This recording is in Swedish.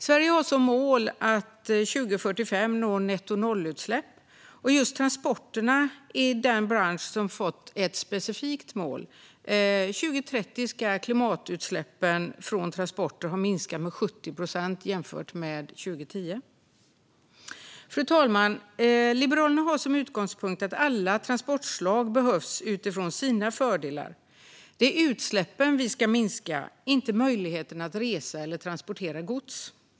Sverige har som mål att nå nettonollutsläpp 2045, och just transporterna är den bransch som fått ett specifikt mål: 2030 ska koldioxidutsläppen från transporter ha minskat med 70 procent jämfört med 2010. Fru talman! Liberalerna har som utgångspunkt att alla transportslag behövs utifrån sina fördelar. Det är utsläppen vi ska minska, inte möjligheten att resa eller transportera gods.